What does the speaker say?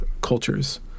cultures